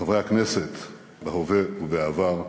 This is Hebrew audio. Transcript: חברי הכנסת בהווה ובעבר,